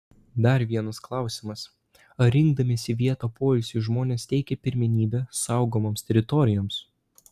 dar vienas klausimas ar rinkdamiesi vietą poilsiui žmonės teikia pirmenybę saugomoms teritorijoms